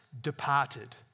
departed